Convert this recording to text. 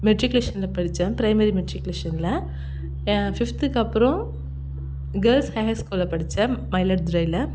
மெட்ரிகுலேஷன்ல படித்தேன் ப்ரைமரி மெட்ரிகுலேஷன்ல ஃபிஃப்த்துக்கப்புறம் கேர்ள்ஸ் ஹையர் ஸ்கூல்ல படித்தேன் மயிலாடுதுறையில்